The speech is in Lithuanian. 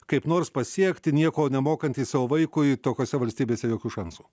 kaip nors pasiekti nieko nemokantį savo vaikui tokiose valstybėse jokių šansų